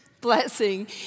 blessing